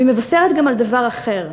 והיא מבשרת גם דבר אחר: